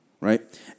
right